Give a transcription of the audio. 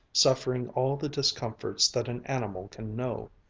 suffering all the discomforts that an animal can know.